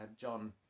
John